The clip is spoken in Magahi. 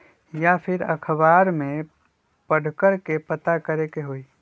या फिर अखबार में पढ़कर के पता करे के होई?